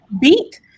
beat